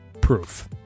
proof